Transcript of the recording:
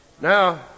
Now